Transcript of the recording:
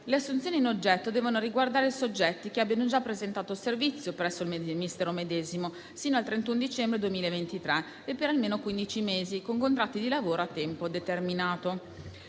Le assunzioni in oggetto devono riguardare i soggetti che abbiano già presentato servizio presso il Ministero medesimo sino al 31 dicembre 2023 e per almeno quindici mesi con contratti di lavoro a tempo determinato.